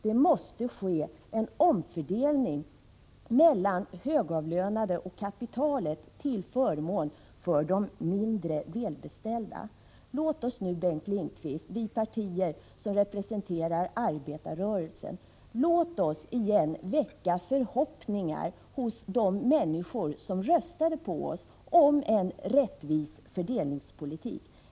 Det måste ske en omfördelning från högavlönade och kapitalet till förmån för de mindre välbeställda. Låt oss nu, Bengt Lindqvist, vi partier som representerar arbetarrörelsen, igen väcka förhoppningar hos de människor som röstade på oss om en rättvis fördelningspolitik!